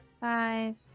Five